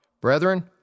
Brethren